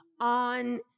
on